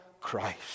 Christ